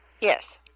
Yes